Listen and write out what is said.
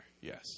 yes